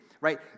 right